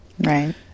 Right